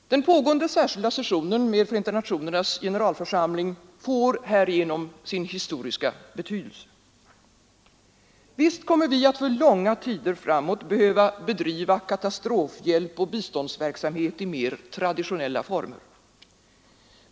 Den pågående särskilda sessionen med Förenta nationernas generalförsamling får härigenom sin historiska betydelse. Visst kommer vi att för långa tider framåt behöva bedriva katastrofhjälp och biståndsverksamhet i mer traditionella former.